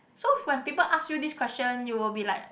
so when people ask you this question you will be like